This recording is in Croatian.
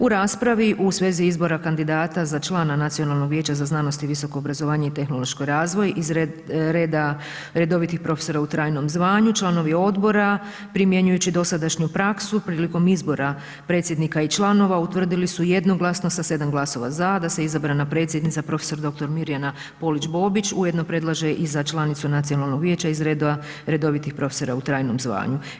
U raspravi u svezi izbora kandidata za člana Nacionalnog vijeća za znanost i visoko obrazovanje i tehnološki razvoj iz redovitih profesora u trajnom zvanju, članovi odbora primjenjujući dosadašnju praksu prilikom izbora predsjednika i članova utvrdili su jednoglasno sa 7 glasova za da se izabrana predsjednica prof. dr. Mirjana Polić Bobić ujedno predlaže i za članicu Nacionalnog vijeća iz redova redovitih profesora u trajnom zvanju.